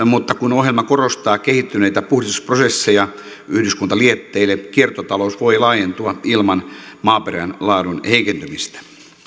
mutta kun ohjelma korostaa kehittyneitä puhdistusprosesseja yhdyskuntalietteille kiertotalous voi laajentua ilman maaperän laadun heikentymistä